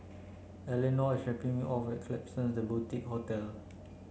Elinore is dropping me off at Klapsons The Boutique Hotel